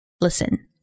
Listen